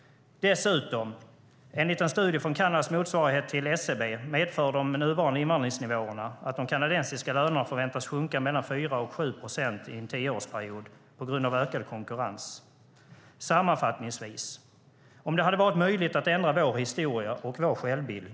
Dessutom, enligt en studie från Kanadas motsvarighet till SCB, medför de nuvarande invandringsnivåerna att de kanadensiska lönerna förväntas sjunka mellan 4 och 7 procent i en tioårsperiod på grund av ökad konkurrens. Sammanfattningsvis: Låt oss säga att det hade varit möjligt att ändra vår historia och vår självbild.